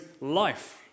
life